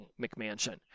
McMansion